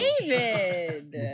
David